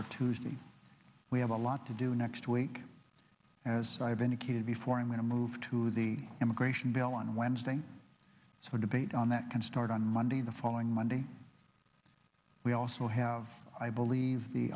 or tuesday we have a lot to do next week as i have indicated before i'm going to move to the immigration bill on wednesday for debate on that can start on monday the following monday we also have i believe the